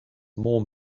more